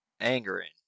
angering